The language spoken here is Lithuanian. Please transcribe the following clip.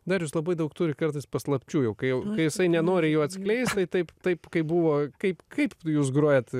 darius labai daug turi kartais paslapčių jau kai jisai nenori jų atskleist tai taip taip kaip buvo kaip kaip jūs grojat